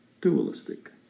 dualistic